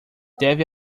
deve